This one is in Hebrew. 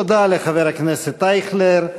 תודה לחבר הכנסת אייכלר.